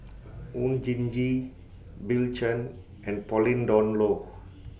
Oon Jin Gee Bill Chen and Pauline Dawn Loh